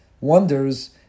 wonders